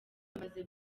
bamaze